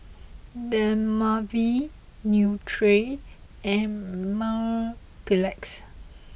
Dermaveen Nutren and Mepilex